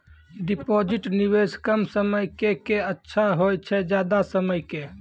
Deposit निवेश कम समय के के अच्छा होय छै ज्यादा समय के?